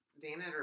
Dana